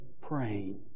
praying